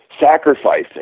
sacrificing